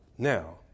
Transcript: Now